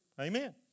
Amen